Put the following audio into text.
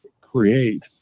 create